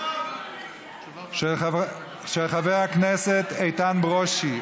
של חבר הכנסת איתן ברושי.